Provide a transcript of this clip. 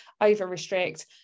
over-restrict